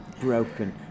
broken